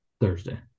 Thursday